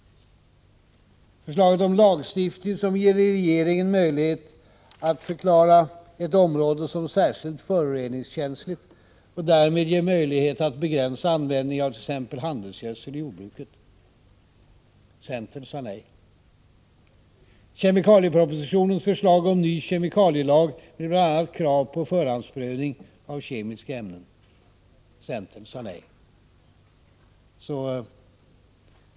Förslaget om lagstiftning som ger regeringen möjlighet att förklara ett område som särskilt föroreningskänsligt och som därmed ger möjlighet att begränsa användningen av exempelvis handelsgödsel i jordbruket sade centern nej till. Kemikaliepropositionens förslag om ny kemikalielag med bl.a. krav på förhandsprövning av kemiska ämnen sade centern nej till.